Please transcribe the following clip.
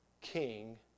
king